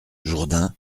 jourdain